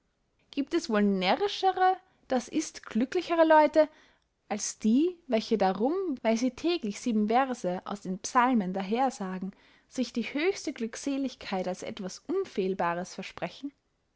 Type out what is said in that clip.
giebt es wohl närrischere daß ist glücklichere leute als die welche darum weil sie täglich sieben verse aus den psalmen daher sagen sich die höchste glückseligkeit als etwas unfehlbares versprechen